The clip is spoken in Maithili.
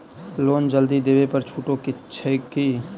लोन जल्दी देबै पर छुटो छैक की?